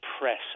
press